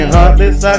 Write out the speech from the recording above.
Heartless